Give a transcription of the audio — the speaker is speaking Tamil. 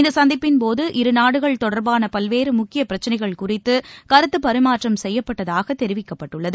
இந்த சந்திப்பின் போது இருநாடுகள் தொடர்பான பல்வேறு முக்கிய பிரச்னைகள் குறித்து கருத்து பரிமாற்றம் செய்யப்பட்டதாக தெரிவிக்கப்பட்டுள்ளது